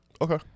Okay